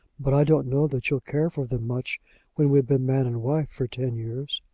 but i don't know that you'll care for them much when we've been man and wife for ten years.